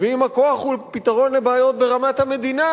ואם הכוח הוא פתרון לבעיות ברמת המדינה,